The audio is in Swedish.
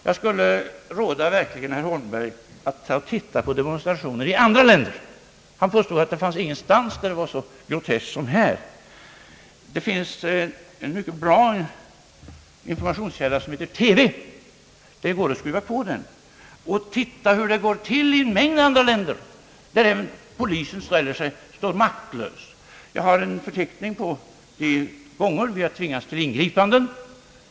Jag skulle verkligen vilja råda herr Holmberg att titta på demonstrationer i andra länder. Han påstod att de ingenstans var så groteska som i Sverige. Det finns en mycket bra informationskälla som heter TV. Det går att skruva på den och se hur det går till i en rad andra länder, där polisen står maktlös. Jag har en förteckning över de tillfällen då vi tvingats till ingripanden.